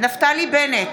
נפתלי בנט,